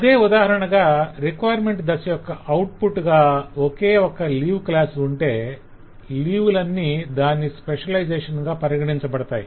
అదే ఉదాహరణగా రిక్వైర్మెంట్స్ దశ యొక్క ఔట్పుట్ గా ఒకే ఒక్క లీవ్ క్లాస్ ఉంటే లీవ్ లన్నీ దాని స్పెషలైజేషన్ గా పరిగణింపబడతాయి